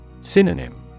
Synonym